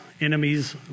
enemies